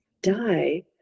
die